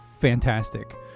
fantastic